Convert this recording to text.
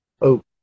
oak